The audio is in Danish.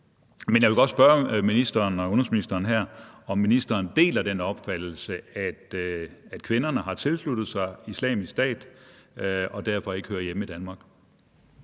men jeg vil godt spørge udenrigsministeren her, om udenrigsministeren deler den opfattelse, at kvinderne har tilsluttet sig Islamisk Stat og derfor ikke hører hjemme i Danmark.